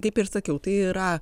kaip ir sakiau tai yra